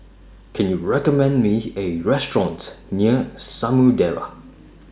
Can YOU recommend Me A Restaurant near Samudera